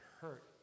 hurt